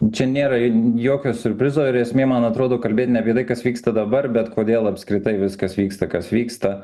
čia nėra jokio siurprizo ir esmė man atrodo kalbėt ne apie tai kas vyksta dabar bet kodėl apskritai viskas vyksta kas vyksta